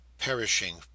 perishing